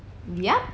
yup